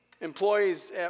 Employees